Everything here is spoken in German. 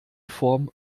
form